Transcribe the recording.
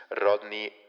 Rodney